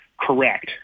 correct